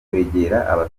kwegera